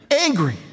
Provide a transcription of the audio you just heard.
angry